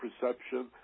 perception